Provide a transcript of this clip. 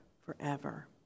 forever